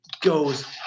goes